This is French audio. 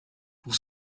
pour